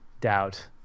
doubt